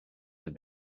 have